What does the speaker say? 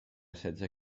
setze